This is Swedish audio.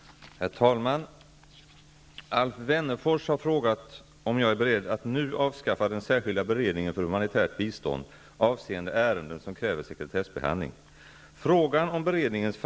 Är statsrådet beredd att nu avskaffa den särskilda beredningen för humanitärt bistånd avseende ärenden som kräver sekretessbehandling?